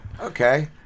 Okay